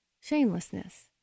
shamelessness